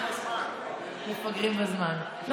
מפגרים בזמן, מפגרים בזמן.